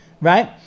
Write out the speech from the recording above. right